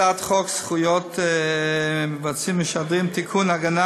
הצעת חוק זכויות מבצעים ומשדרים (תיקון,